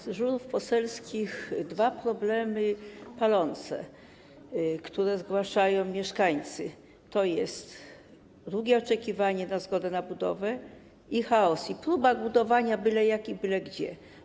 Z dyżurów poselskich - dwa palące problemy, które zgłaszają mieszkańcy, to jest długie oczekiwanie na zgodę na budowę i chaos, i próba budowania byle jak i byle gdzie.